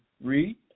read